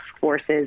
forces